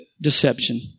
deception